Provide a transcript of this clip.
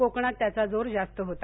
कोकणात त्याचा जोर जास्त होता